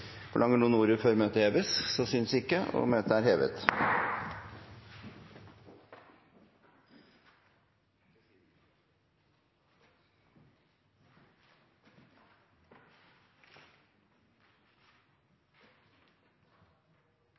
Forlanger noen ordet før møtet heves? – Så synes ikke.